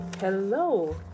Hello